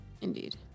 Indeed